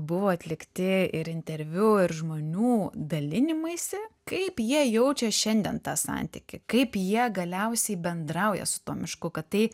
buvo atlikti ir interviu ir žmonių dalinimaisi kaip jie jaučia šiandien tą santykį kaip jie galiausiai bendrauja su tuo mišku kad tai